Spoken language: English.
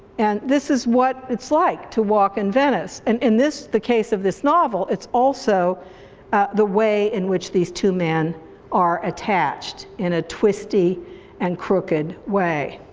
and this is what it's like to walk in venice. and in this, the case of this novel, it's also the way in which these two men are attached, in a twisty and crooked way.